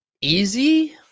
easy